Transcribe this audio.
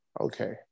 Okay